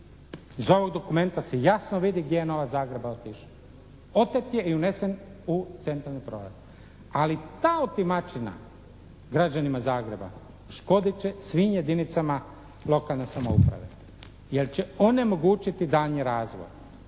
Iz ovog dokumenta se jasno vidi gdje je novac Zagreba otišao? Otet je i unesen u centralni proračun. Ali ta otimačina građanima Zagreba škodit će svim jedinicama lokalne samouprave. Jer će onemogućiti daljnji razvoj.